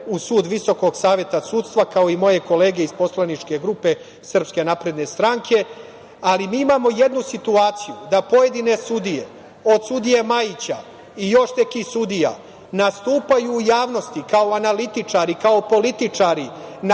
u sud Visokog saveta sudstva, kao i moje kolege iz poslaničke grupe SNS, ali mi imamo jednu situaciju da pojedine sudije, od sudije Majića i još nekih sudija, nastupaju u javnosti kao analitičari, kao političari,